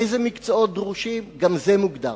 אילו מקצועות דרושים, גם זה מוגדר.